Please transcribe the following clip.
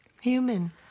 Human